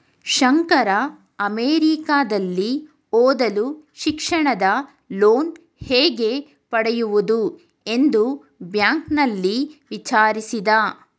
ಶಂಕರ ಅಮೆರಿಕದಲ್ಲಿ ಓದಲು ಶಿಕ್ಷಣದ ಲೋನ್ ಹೇಗೆ ಪಡೆಯುವುದು ಎಂದು ಬ್ಯಾಂಕ್ನಲ್ಲಿ ವಿಚಾರಿಸಿದ